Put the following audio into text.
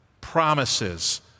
promises